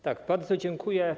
Tak, bardzo dziękuję.